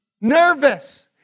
nervous